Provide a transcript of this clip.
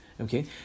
Okay